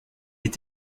est